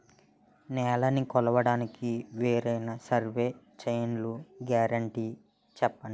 నేలనీ కొలవడానికి వేరైన సర్వే చైన్లు గ్యారంటీ చెప్పండి?